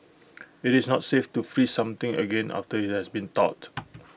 IT is not safe to freeze something again after IT has been thawed